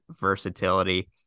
versatility